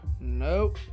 Nope